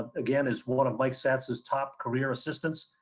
ah again, is one of mike satz's top career assistants.